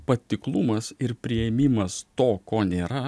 patiklumas ir priėmimas to ko nėra